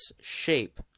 shape